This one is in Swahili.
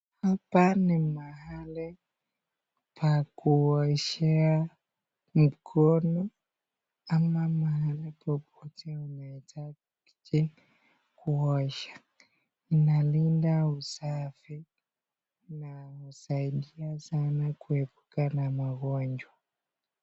Hapa ni mahali pa kuoshea mikono ama mahali popote anaetaka kuja kuosha. Inalinda usafi na inasaidia sana kuepuka na magonjwa.